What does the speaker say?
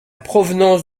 provenance